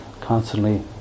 constantly